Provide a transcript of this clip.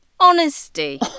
Honesty